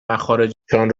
مخارجشان